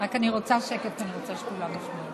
רק אני רוצה שקט, כי אני רוצה שכולם ישמעו.